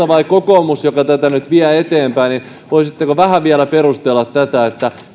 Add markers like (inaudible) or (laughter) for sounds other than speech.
(unintelligible) vai kokoomus joka tätä vie eteenpäin voisitteko vähän vielä perustella tätä